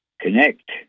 Connect